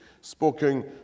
spoken